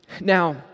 Now